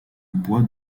bois